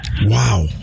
Wow